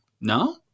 No